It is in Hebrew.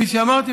כפי שאמרתי,